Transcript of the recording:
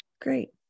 Great